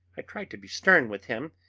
i tried to be stern with him,